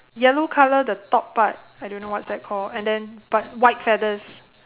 yellow colour the top part I don't know what's that called and then but white feathers